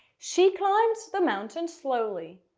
she climbed the mountain slowly.